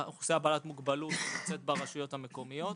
אוכלוסייה בעלת מוגבלות שנמצאת ברשויות המקומיות.